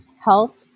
health